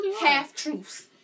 half-truths